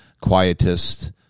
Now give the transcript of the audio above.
quietist